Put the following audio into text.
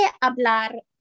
hablar